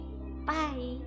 Bye